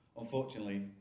Unfortunately